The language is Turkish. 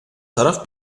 taraf